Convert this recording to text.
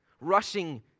rushing